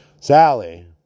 Sally